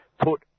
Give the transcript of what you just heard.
put